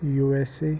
USA